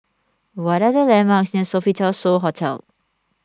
what are the landmarks near Sofitel So Hotel